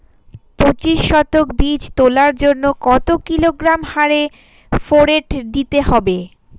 পঁচিশ শতক বীজ তলার জন্য কত কিলোগ্রাম হারে ফোরেট দিতে হবে?